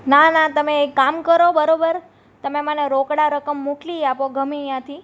ના ના તમે એક કામ કરો બરોબર તમે મને રોકડા રકમ મોકલી આપો ગમે એ આંથી